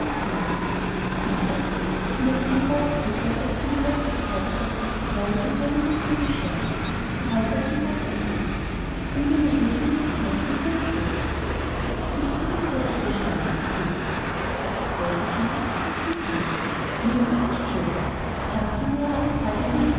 ich möchte die rosa puppe welche du mir heute gekauft hast gerne dem kleinen mädchen bescheren das wir heute auf dem markt gesehen wenn wir nur wüßten wie es heißt und wo es wohnt und ich will die peitsche bescheren rief georg wollt ihr gerne sagte die tante nun das ist schön da haben wir ja alle drei den